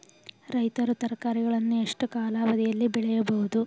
ರೈತರು ತರಕಾರಿಗಳನ್ನು ಎಷ್ಟು ಕಾಲಾವಧಿಯಲ್ಲಿ ಬೆಳೆಯಬಹುದು?